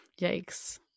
Yikes